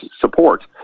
support